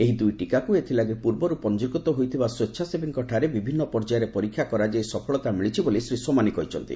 ଏହି ଦୁଇ ଟୀକାକୁ ଏଥିଲାଗି ପୂର୍ବରୁ ପଞ୍ଜିକୃତ ହୋଇଥିବା ସ୍ୱେଚ୍ଛାସେବୀଙ୍କଠାରେ ବିଭିନ୍ନ ପର୍ଯ୍ୟାୟରେ ପରୀକ୍ଷା କରାଯାଇ ସଫଳତା ମିଳିଛି ବୋଲି ଶ୍ରୀ ସୋମାନୀ କହିଛନ୍ତି